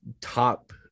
top